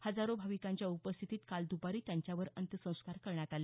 हजारों भाविकांच्या उपस्थितीत काल दपारी त्यांच्यावर अंत्यसंस्कार करण्यात आले